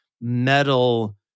metal